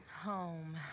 Home